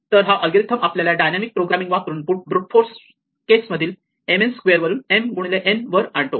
तर हा अल्गोरिदम आपल्याला डायनॅमिक प्रोग्रामिंग वापरून ब्रूट फोर्स केसमधील mn स्क्वेअर वरून m गुणिले n वर आणतो